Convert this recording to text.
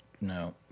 no